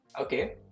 Okay